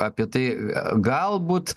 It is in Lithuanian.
apie tai galbūt